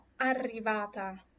arrivata